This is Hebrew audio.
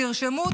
תרשמו,